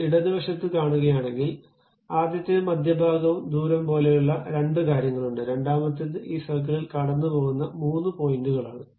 നിങ്ങൾ ഇടത് വശത്ത് കാണുകയാണെങ്കിൽ ആദ്യത്തേത് മധ്യഭാഗവും ദൂരവും പോലെയുള്ള രണ്ട് കാര്യങ്ങളുണ്ട് രണ്ടാമത്തേത് ഈ സർക്കിൾ കടന്നുപോകുന്ന മൂന്ന് പോയിന്റുകളാണ്